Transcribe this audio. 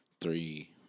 three